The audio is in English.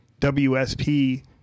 WSP